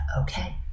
okay